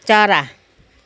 चरा